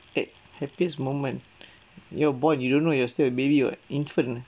eh happiest moment you're born you don't know you're still a baby [what] infant